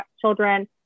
children